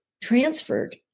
transferred